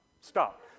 Stop